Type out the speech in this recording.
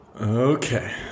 Okay